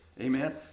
Amen